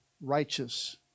righteous